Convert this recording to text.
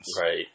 Right